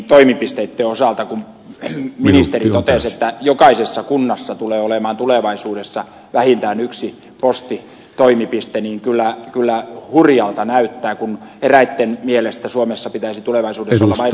toimipisteitten osalta kun ministeri totesi että jokaisessa kunnassa tulee olemaan tulevaisuudessa vähintään yksi postitoimipiste niin kyllä hurjalta näyttää kun eräitten mielestä suomessa pitäisi tulevaisuudessa olla vain sata kuntaa